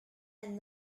and